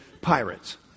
pirates